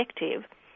effective